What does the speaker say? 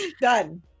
done